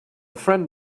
friend